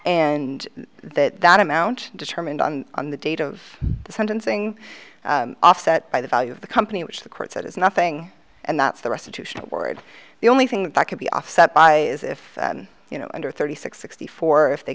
and that that amount determined on the date of the sentencing offset by the value of the company which the court said is nothing and that's the restitution award the only thing that could be offset by is if you know under thirty six sixty four if they